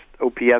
OPS